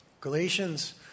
Galatians